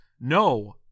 no